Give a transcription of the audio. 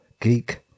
geek